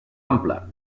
ample